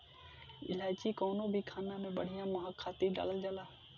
इलायची कवनो भी खाना में बढ़िया महक खातिर डालल जाला